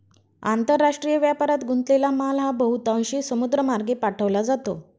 आंतरराष्ट्रीय व्यापारात गुंतलेला माल हा बहुतांशी समुद्रमार्गे पाठवला जातो